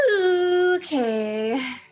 Okay